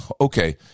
okay